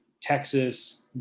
Texas